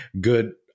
good